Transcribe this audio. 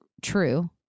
true